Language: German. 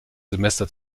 semester